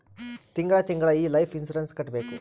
ತಿಂಗಳ ತಿಂಗಳಾ ಈ ಲೈಫ್ ಇನ್ಸೂರೆನ್ಸ್ ಕಟ್ಬೇಕು